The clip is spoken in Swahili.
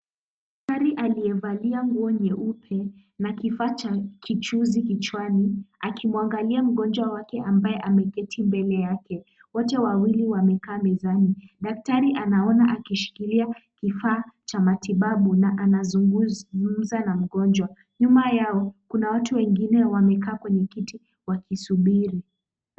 Daktari aliyevalia nguo nyeupe na kifaa cha kichuuzi kichwani, akimwangalia mgonjwa wake ambaye ameketi mbele yake. Wote wawili wamekaa mezani. Daktari anaona akishikilia kifaa cha matibabu na anazungumza na mgonjwa. Nyuma yao kuna watu wengine wamekaa kwenye kiti wakisubiri.